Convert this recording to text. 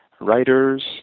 writers